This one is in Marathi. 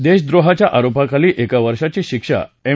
देशद्रोहाच्या आरोपाखाली एका वर्षाची शिक्षा एम